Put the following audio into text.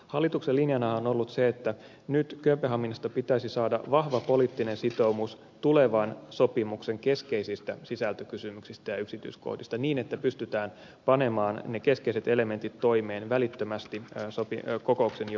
hallituksen linjana on ollut se että nyt kööpenhaminasta pitäisi saada vahva poliittinen sitoumus tulevan sopimuksen keskeisistä sisältökysymyksistä ja yksityiskohdista niin että pystytään panemaan ne keskeiset elementit toimeen välittömästi kokouksen jo päätyttyä